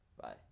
Bye